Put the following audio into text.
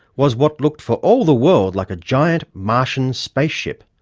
was what looked for all the world like a giant martian spaceship.